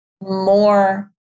more